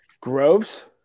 Groves